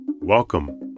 Welcome